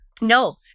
No